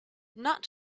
not